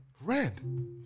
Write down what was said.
Red